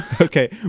Okay